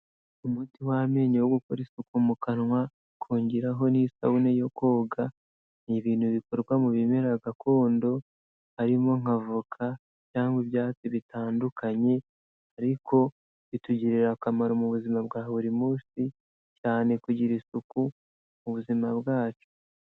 Umuti w'amenyo wo gukora isuku mu kanwa ukongeraho n'isabune yo koga ni ibintu bikorwa mu bimera gakondo, harimo nka voka cyangwa ibyatsi bitandukanye ariko bitugirira akamaro mu buzima bwa buri munsi cyane kugira isuku mu buzima bwacu.